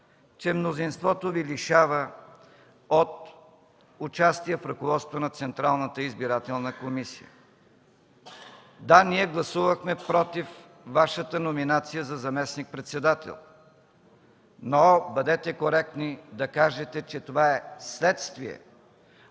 че мнозинството Ви лишава от участие в ръководството на Централната избирателна комисия. Да, ние гласувахме „против” Вашата номинация за заместник-председател, но бъдете коректни да кажете, че това е следствие